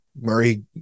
Murray